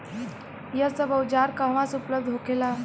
यह सब औजार कहवा से उपलब्ध होखेला?